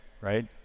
right